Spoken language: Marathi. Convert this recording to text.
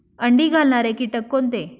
अंडी घालणारे किटक कोणते?